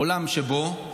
עולם שבו,